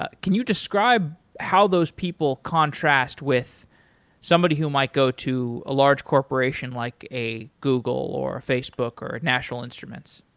ah can you describe how those people contrast with somebody who might go to a large corporation, like a google or a facebook, or national instruments?